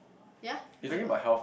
ya talking about